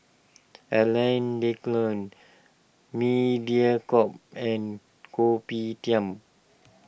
Alain Delon Mediacorp and Kopitiam